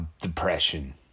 depression